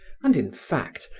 and, in fact,